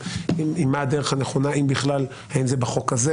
כל פעם שאתם אומרים שזה לא סולברג - גם אמר את זה בקשי,